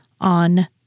on